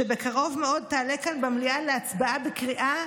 שבקרוב מאוד תעלה כאן במליאה להצבעה בקריאה